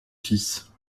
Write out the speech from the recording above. fils